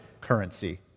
currency